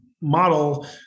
model